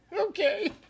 Okay